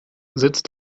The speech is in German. sitzt